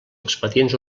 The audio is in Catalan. expedients